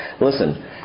Listen